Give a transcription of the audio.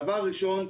דבר ראשון,